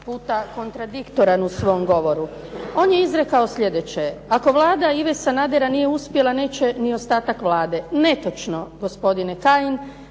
puta kontradiktoran u svom govoru. On je izrekao sljedeće: "Ako Vlada Ive Sanadera nije uspjela, neće ni ostatak Vlade." Netočno, gospodine Kajin,